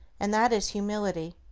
and that is humility.